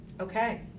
Okay